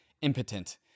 impotent